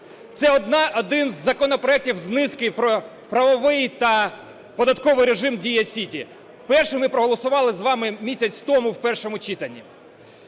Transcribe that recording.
Це один із законопроектів з низки про правовий та податковий режим "Дія Сіті". Перший ми проголосували з вами місяць тому в першому читанні.